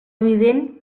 evident